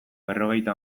berrogeita